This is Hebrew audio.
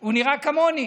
הוא נראה כמוני.